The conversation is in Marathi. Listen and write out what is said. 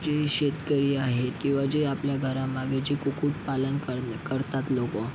जे शेतकरी आहे किंवा जे आपल्या घरामागे जे कुक्कुटपालन करल करतात लोकं